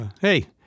hey